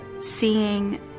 seeing